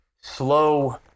slow